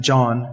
John